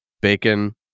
bacon